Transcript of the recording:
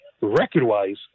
record-wise